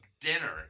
dinner